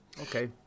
Okay